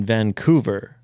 Vancouver